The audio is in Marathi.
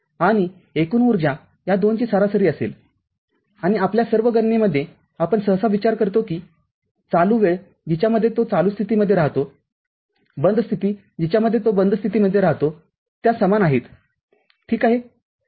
आणि एकूण ऊर्जा या दोनची सरासरी असेल आणि आपल्या सर्व गणनेमध्ये आपण सहसा विचार करतो की चालू वेळ जिच्यामध्ये तो चालू स्थितीमध्ये राहतो बंद स्थिती जिच्यामध्ये तो बंद स्थितीमध्ये राहतो त्या समान आहेत ठीक आहे